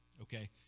okay